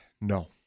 No